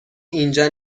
اینجا